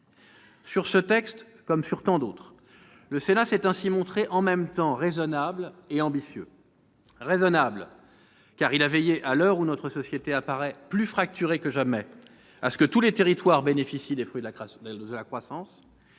Sur ce texte comme sur tant d'autres, le Sénat s'est montré en même temps raisonnable et ambitieux. Raisonnable, car il a veillé, à l'heure où notre société paraît plus fracturée que jamais, à ce que tous les territoires bénéficient des fruits de la croissance.